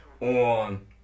on